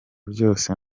byose